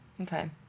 okay